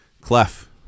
Clef